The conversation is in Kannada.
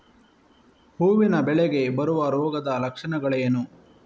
ಹೂವಿನ ಬೆಳೆಗೆ ಬರುವ ರೋಗದ ಲಕ್ಷಣಗಳೇನು?